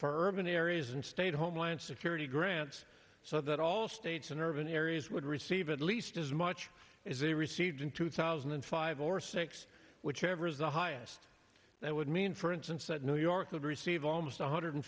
for urban areas and state homeland security grants so that all states in urban areas would receive at least as much as they received in two thousand and five or six whichever is the highest that would mean for instance that new york will receive almost one hundred